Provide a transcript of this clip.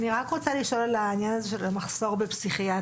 אני רק רוצה לשאול לעניין הזה של המחסור בפסיכיאטרים,